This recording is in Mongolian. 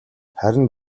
харин